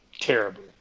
terribly